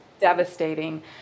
devastating